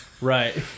Right